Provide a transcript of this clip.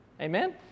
Amen